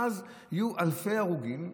יהיו אלפי הרוגים,